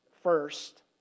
first